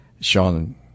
Sean